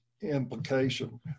implication